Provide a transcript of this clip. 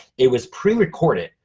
it was prerecorded.